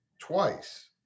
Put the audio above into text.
twice